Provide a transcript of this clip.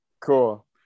cool